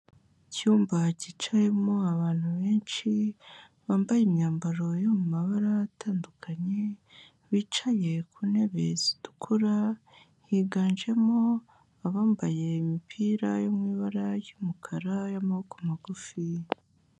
Icyumba cyicayemo abantu benshi bambaye imyambaro yo mu mabara atandukanye, bicaye ku ntebe zitukura, higanjemo abambaye imipira yo mu ibara ry'umukara y'amaboko magufi.